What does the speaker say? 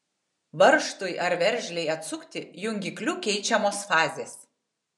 varžtui ar veržlei atsukti jungikliu keičiamos fazės